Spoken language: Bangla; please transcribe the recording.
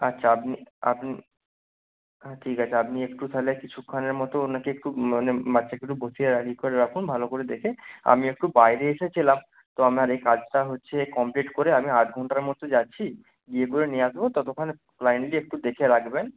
আচ্ছা আপনি আপনি হ্যাঁ ঠিক আছে আপনি একটু তাহলে কিছুক্ষণের মতো ওনাকে একটু মানে বাচ্চাকে একটু বসিয়ে করে রাখুন ভালো করে দেখে আমি একটু বাইরে এসেছিলাম তো আমার এই কাজটা হচ্ছে কমপ্লিট করে আমি আধ ঘন্টার মধ্যে যাচ্ছি গিয়ে করে নিয়ে আসবো ততক্ষণ কাইন্ডলি একটু দেখে রাখবেন